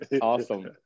awesome